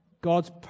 God's